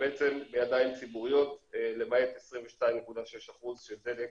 הן בעצם בידיים ציבוריות למעט 22.6% שדלק